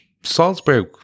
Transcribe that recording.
Salzburg